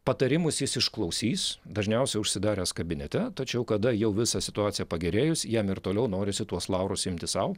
patarimus jis išklausys dažniausiai užsidaręs kabinete tačiau kada jau visa situacija pagerėjus jam ir toliau norisi tuos laurus imti sau